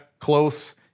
Close